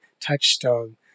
touchstone